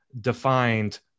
defined